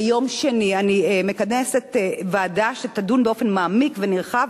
ביום שני, אני מכנסת ועדה שתדון באופן מעמיק ונרחב